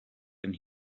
than